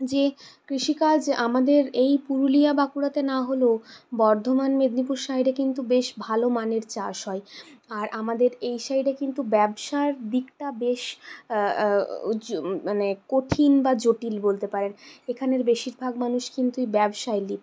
যে কৃষিকাজ আমাদের এই পুরুলিয়া বাঁকুড়াতে না হলেও বর্ধমান মেদিনীপুর সাইডে কিন্তু বেশ ভালো মানের চাষ হয় আর আমাদের এই সাইডে কিন্তু ব্যবসার দিকটা বেশ উচ মানে কঠিন বা জটিল বলতে পারেন এখানের বেশিরভাগ মানুষ কিন্তু ব্যবসায় লিপ্ত